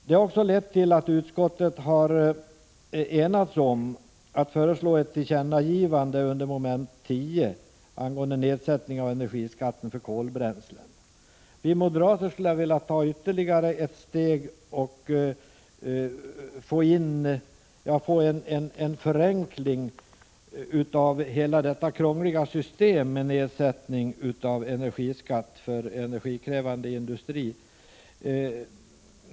Det har lett till att utskottet har enats om att föreslå ett tillkännagivande under mom. 10 angående nedsättning av energiskatten för kolbränsle. Vi moderater skulle vilja ta ytterligare ett steg och få en förenkling av hela detta krångliga system med nedsättning av energiskatten för energikrävande industri.